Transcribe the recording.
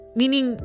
meaning